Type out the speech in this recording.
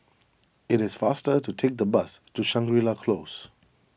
it is faster to take the bus to Shangri La Close